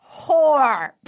whore